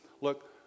Look